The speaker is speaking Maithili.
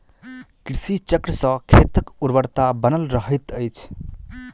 कृषि चक्र सॅ खेतक उर्वरता बनल रहैत अछि